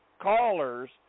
callers